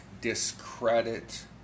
discredit